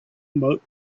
about